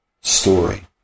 story